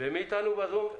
מי אתנו בזום?